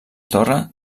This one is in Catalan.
torre